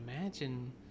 imagine